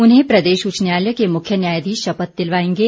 उन्हें प्रदेश उच्च न्यायालय के मुख्य न्यायाधीश शपथ दिलवाएंगे